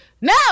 no